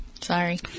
Sorry